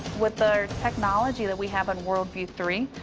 with the technology that we have on worldview three,